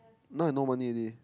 now I no money already